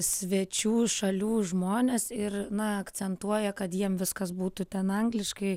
svečių šalių žmones ir na akcentuoja kad jiem viskas būtų ten angliškai